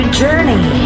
journey